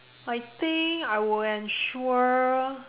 I think I will ensure